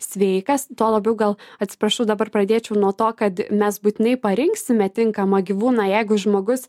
sveikas tuo labiau gal atsiprašau dabar pradėčiau nuo to kad mes būtinai parinksime tinkamą gyvūną jeigu žmogus